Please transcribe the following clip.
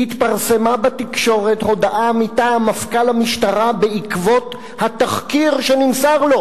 התפרסמה בתקשורת הודעה מטעם מפכ"ל המשטרה בעקבות התחקיר שנמסר לו.